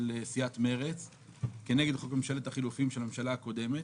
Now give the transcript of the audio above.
של סיעת מרצ כנגד חוק ממשלת החילופים בממשלה הקודמת,